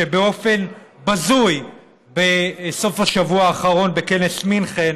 שבאופן בזוי בסוף השבוע האחרון בכנס מינכן